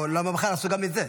או למה בכלל עשו גם את זה?